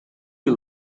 you